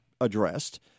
addressed